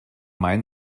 main